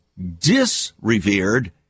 disrevered